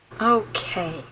Okay